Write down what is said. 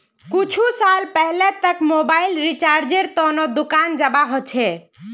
कुछु साल पहले तक मोबाइल रिचार्जेर त न दुकान जाबा ह छिले